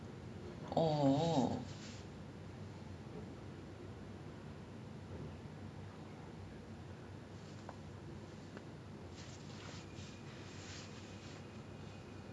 so it's like the public and community கூட அவல பிடிக்க முடியாது:kooda avala pidikka mudiyaathu because most people in like from what I have read community schools are for the very low income people public schools are for the middle income and then private schools are for the high income